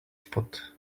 spot